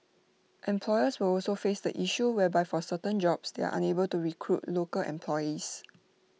employers will also face the issue whereby for certain jobs they are unable to recruit local employees